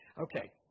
Okay